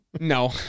No